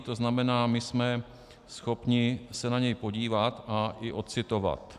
To znamená, my jsme schopni se na něj podívat i ocitovat.